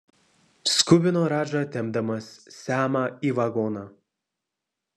skubino radža tempdamas semą į vagoną